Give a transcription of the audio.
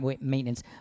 maintenance